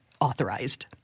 authorized